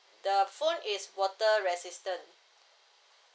the phone is water resistant